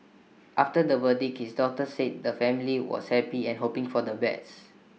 after the verdict his daughter said the family was happy and hoping for the best